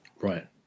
Right